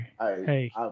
hey